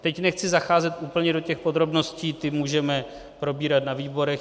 Teď nechci zacházet úplně do těch podrobností, ty můžeme probírat na výborech.